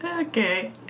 Okay